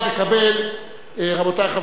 רבותי,